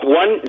one